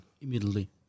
immediately